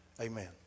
Amen